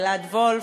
אלעד וולף,